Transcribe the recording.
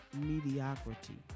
mediocrity